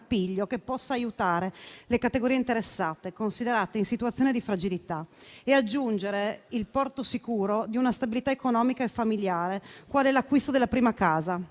che possa aiutare le categorie interessate considerate in situazione di fragilità a raggiungere il porto sicuro di una stabilità economica e familiare, qual è l’acquisto della prima casa.